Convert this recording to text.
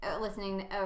Listening